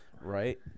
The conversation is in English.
Right